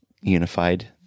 unified